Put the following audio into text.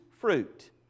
fruit